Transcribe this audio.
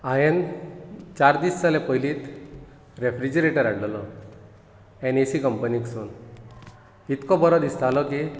हांयेन चार दीस जाले पयलींच रेफ्रिजीरेटर हाडिल्लो एनएसी कंपनीसून इतको बरो दिसतलो की